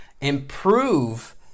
improve